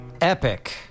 epic